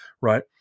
right